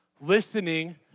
listening